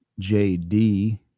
jd